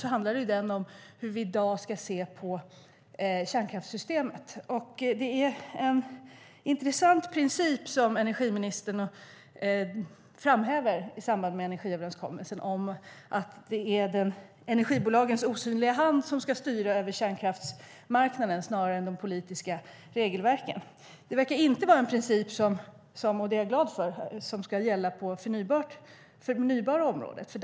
Den handlar om hur vi i dag ska se på kärnkraftssystemet. Det är en intressant princip som energiministern framhäver i samband med energiöverenskommelsen, nämligen att det är energibolagens osynliga hand som ska styra över kärnkraftsmarknaden snarare än de politiska regelverken. Det verkar inte vara en princip som ska gälla på det förnybara området, och det är jag glad för.